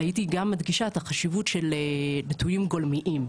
והייתי גם מדגישה את החשיבות של ביטויים גולמיים.